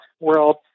world